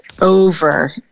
Over